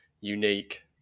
unique